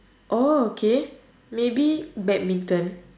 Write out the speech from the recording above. oh okay maybe badminton